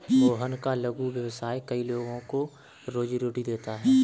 मोहन का लघु व्यवसाय कई लोगों को रोजीरोटी देता है